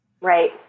Right